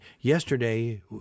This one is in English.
yesterday